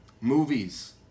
Movies